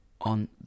on